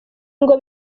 ngo